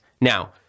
Now